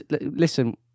listen